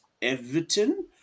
Everton